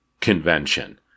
convention